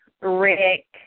Rick